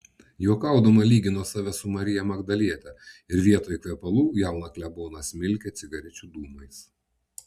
juokaudama lygino save su marija magdaliete ir vietoj kvepalų jauną kleboną smilkė cigarečių dūmais